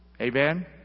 Amen